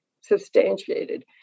substantiated